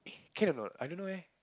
eh can anot I don't know eh